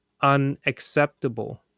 unacceptable